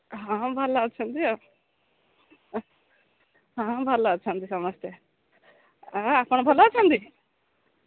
ହଁ ଭଲ ଅଛନ୍ତି ଆଉ ହଁ ଭଲ ଅଛନ୍ତି ସମସ୍ତେ ଆଉ ଆପଣ ଭଲ ଅଛନ୍ତି